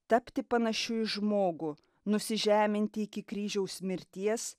tapti panašiu į žmogų nusižeminti iki kryžiaus mirties